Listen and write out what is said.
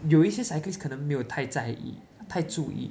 有一些 cyclists 可能没有太在意太注意